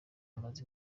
yamaze